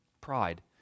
pride